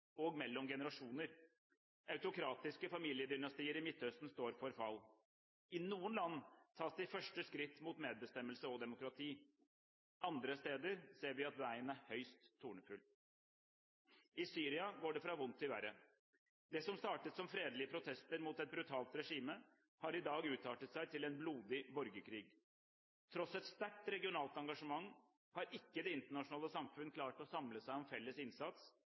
og mellom generasjoner. Autokratiske familiedynastier i Midtøsten står for fall. I noen land tas de første skritt mot medbestemmelse og demokrati. Andre steder ser vi at veien er høyst tornefull. I Syria går det fra vondt til verre. Det som startet som fredelige protester mot et brutalt regime, har i dag utartet til en blodig borgerkrig. Tross et sterkt regionalt engasjement har ikke det internasjonale samfunn klart å samle seg om felles innsats